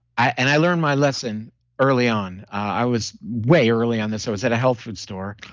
i and i learned my lesson early on. i was way early on this, i was at a health food store,